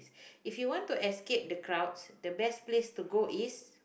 if you want to escape the crowds the best place to go is